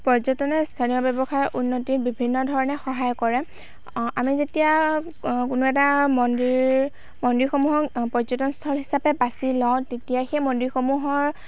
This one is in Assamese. পৰ্যটনে স্থানীয় ব্যৱসায়ৰ উন্নতিত বিভিন্ন ধৰণে সহায় কৰে আমি যেতিয়া কোনো এটা মন্দিৰ মন্দিৰসমূহক পৰ্যটনস্থল হিচাপে বাছি লওঁ তেতিয়া সেই মন্দিৰসমূহৰ